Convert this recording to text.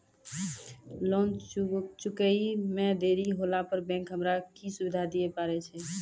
Loan चुकब इ मे देरी होला पर बैंक हमरा की सुविधा दिये पारे छै?